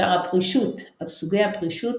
שער הפרישות על סוגי הפרישות